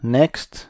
next